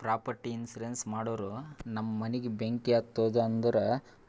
property insurance ಮಾಡೂರ್ ನಮ್ ಮನಿಗ ಬೆಂಕಿ ಹತ್ತುತ್ತ್ ಅಂದುರ್